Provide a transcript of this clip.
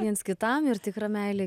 viens kitam ir tikra meilė